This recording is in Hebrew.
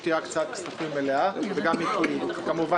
שתהיה הקצאת כספים מלאה וגם --- כמובן